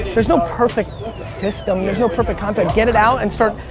there's no perfect system. there's no perfect content. get it out and start,